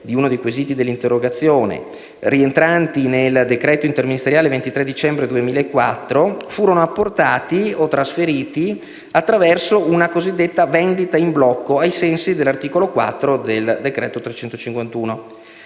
di uno dei quesiti dell'interrogazione), rientranti nel decreto interministeriale 23 dicembre 2004, furono apportati o trasferiti attraverso una cosiddetta vendita in blocco, ai sensi dell'articolo 4 del decreto-legislativo